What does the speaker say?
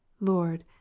lord,